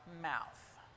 mouth